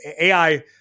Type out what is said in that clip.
AI